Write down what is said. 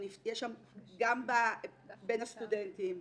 יש שם גם בין הסטודנטים,